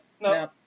No